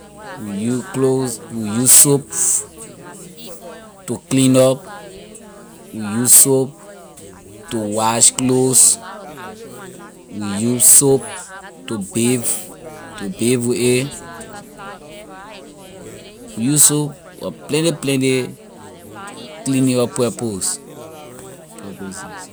We use clothes we use soap to clean up we use soap to wash clothes we use soap to bathe to bathe with it we use soap for plenty plenty cleaning up purpose.